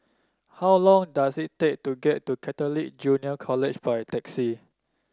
how long does it take to get to Catholic Junior College by taxi